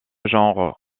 genre